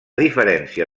diferència